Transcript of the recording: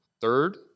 third